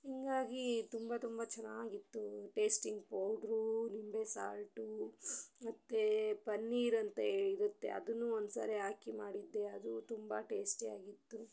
ಹಿಂಗಾಗಿ ತುಂಬ ತುಂಬ ಚೆನ್ನಾಗಿತ್ತು ಟೇಸ್ಟಿಂಗ್ ಪೌಡ್ರೂ ನಿಂಬೆ ಸಾಲ್ಟು ಮತ್ತು ಪನ್ನೀರ್ ಅಂತ ಇರತ್ತೆ ಅದನ್ನು ಒಂದು ಸಾರಿ ಹಾಕಿ ಮಾಡಿದ್ದೆ ಅದೂ ತುಂಬ ಟೇಸ್ಟಿಯಾಗಿತ್ತು